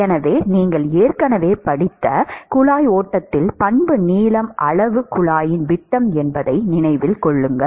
எனவே நீங்கள் ஏற்கனவே படித்த குழாய் ஓட்டத்தில் பண்பு நீளம் அளவு குழாயின் விட்டம் என்பதை நினைவில் கொள்க